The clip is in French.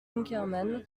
inkermann